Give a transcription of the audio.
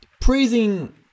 praising